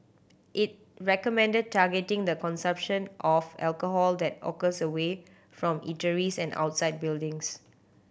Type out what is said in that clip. it recommended targeting the consumption of alcohol that occurs away from eateries and outside buildings